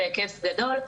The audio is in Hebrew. של הימורים בהיקף גדול,